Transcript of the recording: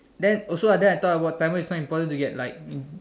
then also then I thought about Tamil is fine important to get like